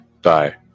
die